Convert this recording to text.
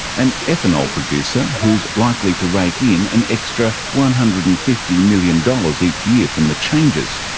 an ethanol producer who is likely to rake in an extra one hundred and fifty million dollars each year from the changes.